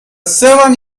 seven